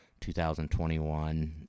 2021